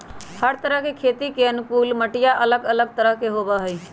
हर तरह खेती के अनुकूल मटिया अलग अलग तरह के होबा हई